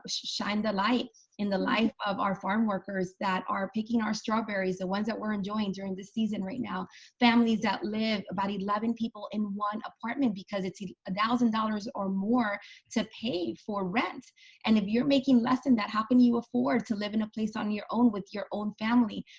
shine the light in the life of our farm workers that are picking our strawberries the ones that we're enjoying during this season right now families that live about eleven people in one apartment because it's a thousand dollars or more to pay for rent and if you're making less than that, how can you afford to live in a place on your own with your own family?